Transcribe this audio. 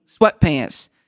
sweatpants